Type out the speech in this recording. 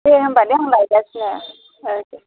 दे होनबा दे आं लायगासिनो औ दे